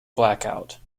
blackout